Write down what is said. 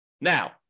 Now